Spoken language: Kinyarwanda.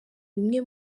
bimwe